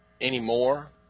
anymore